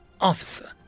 Officer